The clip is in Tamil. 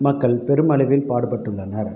மக்கள் பெருமளவில் பாடுபட்டு உள்ளனர்